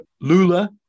Lula